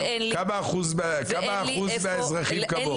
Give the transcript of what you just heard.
כמה אחוז מהאזרחים כמוך?